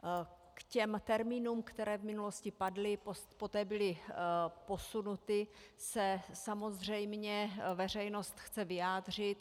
K termínům, které v minulosti padly, poté byly posunuty, se samozřejmě veřejnost chce vyjádřit.